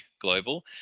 global